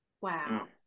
Wow